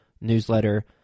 newsletter